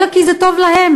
אלא כי זה טוב להם.